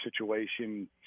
situation